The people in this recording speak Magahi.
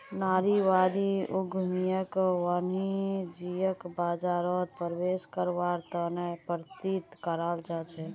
नारीवादी उद्यमियक वाणिज्यिक बाजारत प्रवेश करवार त न प्रेरित कराल जा छेक